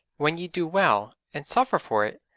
when ye do well, and suffer for it,